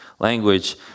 language